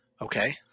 Okay